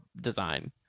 design